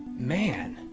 man,